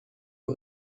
wir